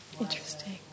interesting